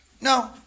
no